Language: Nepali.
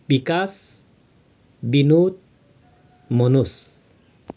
विकास विनोद मनोस